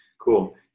Cool